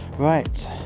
right